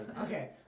Okay